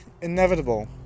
inevitable